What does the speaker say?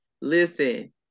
Listen